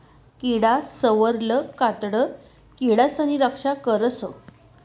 किडासवरलं कातडं किडासनी रक्षा करस